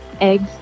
eggs